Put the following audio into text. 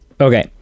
Okay